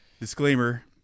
Disclaimer